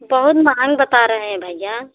बहुत महँगा बता रहे हैं भैया